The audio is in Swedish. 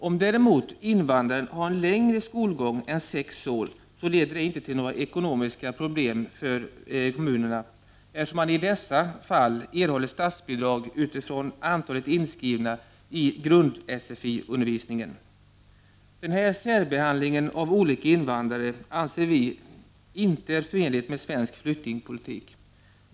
Om däremot invandraren har en längre skolgång än sex år så leder det inte till några ekonomiska problem för kommunerna, eftersom man i detta fall erhåller statsbidrag utifrån antalet inskrivna i grund-sfi-undervisningen. Den här särbehandlingen av olika invandrare anser vi inte är förenlig med svensk flyktingpolitik.